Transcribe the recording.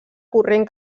corrent